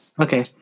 Okay